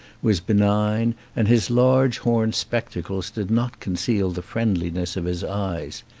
was benign, and his large horn spectacles did not conceal the friendli ness of his eyes.